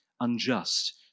unjust